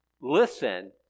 listen